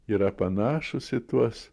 yra panašūs į tuos